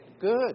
Good